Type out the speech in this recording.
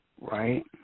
Right